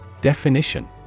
Definition